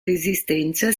resistenza